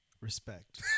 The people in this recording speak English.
respect